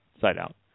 side-out